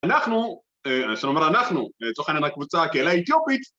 אנחנו, אפשר לומר אנחנו, לצורך העניין, הקבוצה, הקהילה האתיופית